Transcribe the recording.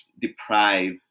deprive